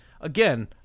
Again